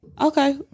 Okay